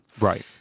Right